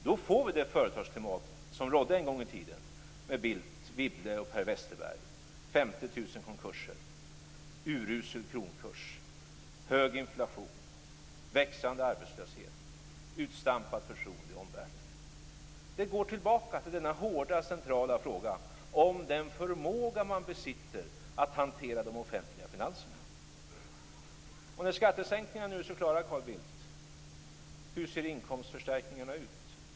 Då får vi det företagsklimat som rådde en gång i tiden med Bildt, Wibble och Per Westerberg: 50 000 konkurser, urusel kronkurs, hög inflation, växande arbetslöshet, utstampat förtroende i omvärlden. Det går tillbaka till den hårda centrala frågan om den förmåga man besitter att hantera de offentliga finanserna. När skattesänkningarna nu är så klara, Carl Bildt, hur ser inkomstförstärkningarna ut?